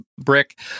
brick